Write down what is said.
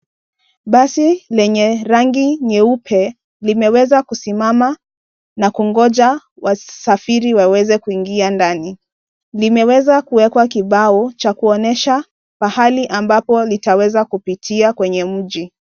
Basi lenye rangi nyeupe limeweza kusimama na kungoja wasafiri waweze kuingia ndani. Limeweza kuweka kibao cha kuonyesha pahali ambapo litaweza kupitia kwenye mji.